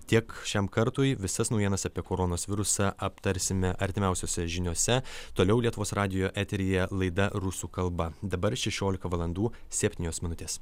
tiek šiam kartui visas naujienas apie koronos virusą aptarsime artimiausiose žiniose toliau lietuvos radijo eteryje laida rusų kalba dabar šešiolika valandų septynios minutės